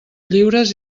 lliures